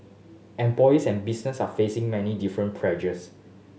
employers and business are facing many different pressures